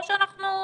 או שאנחנו,